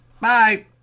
Bye